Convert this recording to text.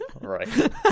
Right